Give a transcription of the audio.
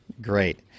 Great